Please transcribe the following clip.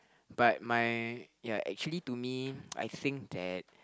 but my ya actually to me I think that